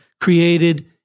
created